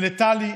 ולטלי,